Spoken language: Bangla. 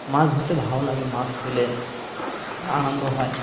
মাছ ধরতে ভালো লাগে মাছ পেলে আনন্দ হয়